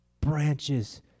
branches